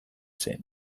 zen